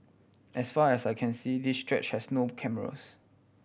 as far as I can see this stretch has no cameras